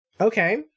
Okay